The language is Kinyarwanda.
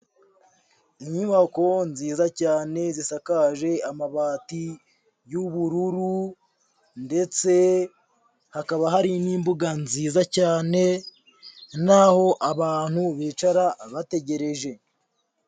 Inyubako nziza cyane, zisakaje amabati y'ubururu ndetse hakaba hari n'imbuga nziza cyane, n'aho abantu bicara bategereje.